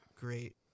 great